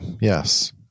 Yes